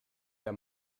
der